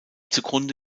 zugrunde